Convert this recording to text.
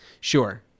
Sure